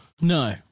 No